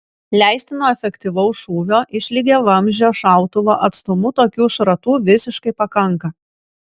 leistino efektyvaus šūvio iš lygiavamzdžio šautuvo atstumu tokių šratų visiškai pakanka